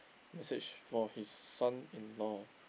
message for his son-in-law